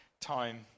time